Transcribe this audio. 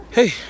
Hey